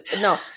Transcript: No